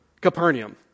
Capernaum